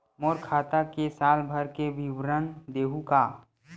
मोर खाता के साल भर के विवरण देहू का?